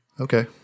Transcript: Okay